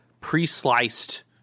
pre-sliced